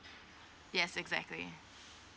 yes exactly